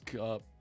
up